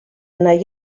nahi